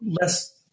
less